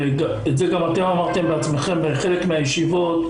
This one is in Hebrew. את זה גם אתם אמרתם בעצמכם בחלק מהישיבות,